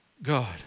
God